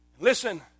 Listen